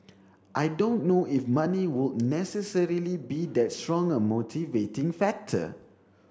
I don't know if money would necessarily be that strong a motivating factor